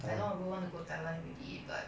I long ago want to go taiwan already but